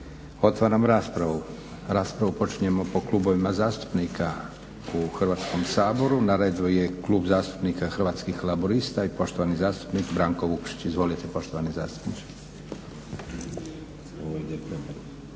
Otvaram raspravu. Raspravu počinjemo po klubovima zastupnika u Hrvatskom saboru. Na redu je Klub zastupnika Hrvatskih laburista i poštovani zastupnik Branko Vukšić. Izvolite poštovani zastupniče.